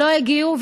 לא הגיעו,